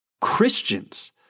Christians